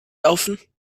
laufen